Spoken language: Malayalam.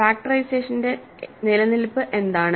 ഫാക്ടറൈസേഷന്റെ നിലനിൽപ്പ് എന്താണ്